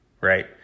right